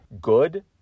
good